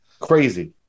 Crazy